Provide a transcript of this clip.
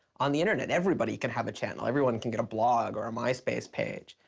on the internet everybody can have a channel. everyone can get a blog or a myspace page.